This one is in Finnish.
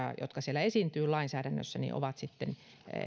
jotka siellä lainsäädännössä esiintyvät ovat sitten